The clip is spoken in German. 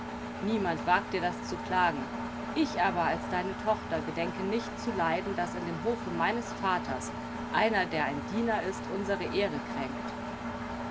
niemand wagt dir das zu klagen ich aber als deine tochter gedenke nicht zu leiden daß in dem hofe meines vaters einer der ein diener ist unsere ehre kränkt